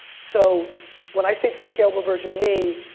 so when i say it's a scalable version of me,